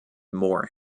more